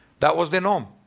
that was the norm.